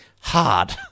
hard